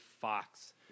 Fox